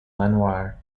lenoir